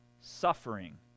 Suffering